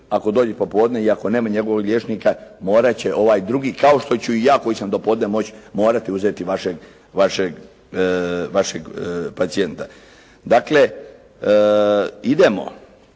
ako dođe popodne i ako nema njegovog liječnika morati će ovaj drugi kao što ću i ja koji sam do podne, moći, morati uzeti vašeg pacijenta. Dakle, idemo,